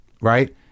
right